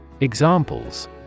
Examples